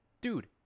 Dude